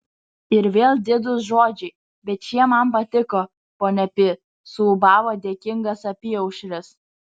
ir vėl didūs žodžiai bet šie man patiko ponia pi suūbavo dėkingas apyaušris